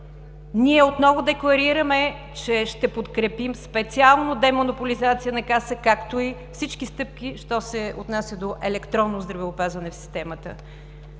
Ние отново декларираме, че ще подкрепим специално демонополизация на Касата, както и всички стъпки, що се отнася до електронно здравеопазване в системата.